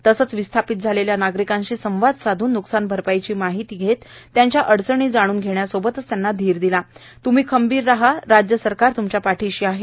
तसंच विस्थापित झालेल्या नागरिकांशी संवाद साधून न्कसान भरपाईची माहिती देत त्यांच्या अडचणी जाणून घेण्यासोबतच त्यांना धीर देत त्म्ही खंबीर राहा राज्य सरकार त्मच्या पाठीशी आहेत